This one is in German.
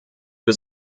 für